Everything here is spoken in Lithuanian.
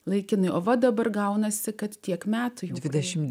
laikinai va dabar gaunasi kad tiek metų jau dvidešim